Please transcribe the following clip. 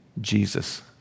Jesus